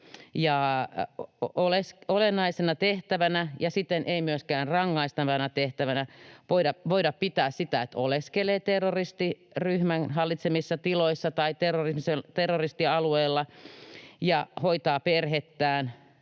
Olennaisena tehtävänä eikä siten myöskään rangaistavana tehtävänä ei voida pitää sitä, että oleskelee terroristiryhmän hallitsemissa tiloissa tai terroristialueella ja hoitaa perhettään,